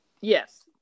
Yes